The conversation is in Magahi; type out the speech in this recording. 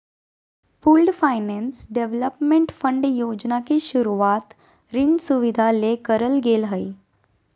पूल्ड फाइनेंस डेवलपमेंट फंड योजना के शुरूवात ऋण सुविधा ले करल गेलय हें